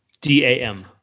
D-A-M